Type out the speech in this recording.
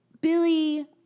Billy